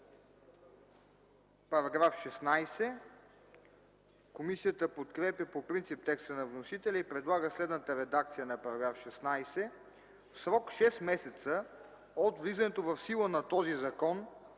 ДИМИТРОВ: Комисията подкрепя по принцип текста на вносителя и предлага следната редакция на § 16: „§ 16. В срок 6 месеца от влизането в сила на този закон